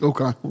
Okay